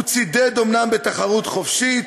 הוא צידד אומנם בתחרות חופשית,